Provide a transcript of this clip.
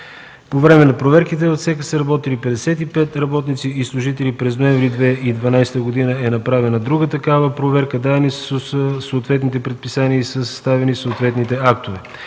По време на проверките в цеха са работили 55 работници и служители. През месец ноември 2012 г. е направена друга такава проверка, дадени са съответните предписания и са съставени съответните актове.